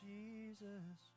Jesus